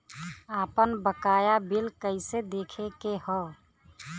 आपन बकाया बिल कइसे देखे के हौ?